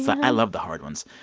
so i love the hard ones.